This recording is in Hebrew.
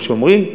כמו שאומרים,